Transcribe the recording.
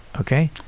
Okay